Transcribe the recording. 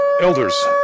Elders